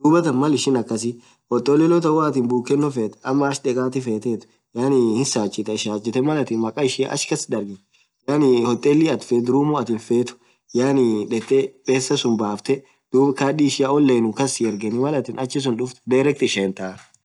dhuathan Mal ishin akhasi hotollol mal buken fethu ama achh dhekathi yaani hin sachiteh Mal atin maakhaisha ach kasithi dargethu yaani hotel atin fethu room atin fethu yaani dhethee pesa sunn bafthe dhub kadhii ishia online kas si ergeni achisun dhuftu direct ishentaaaa